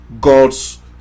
God's